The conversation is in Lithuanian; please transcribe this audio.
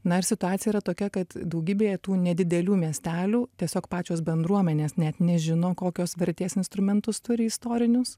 na ir situacija yra tokia kad daugybėje tų nedidelių miestelių tiesiog pačios bendruomenės net nežino kokios vertės instrumentus turi istorinius